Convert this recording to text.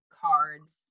cards